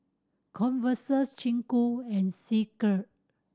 Converse Ku and